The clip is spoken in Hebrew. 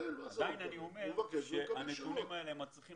עדיין אני אומר שהנתונים האלה מצריכים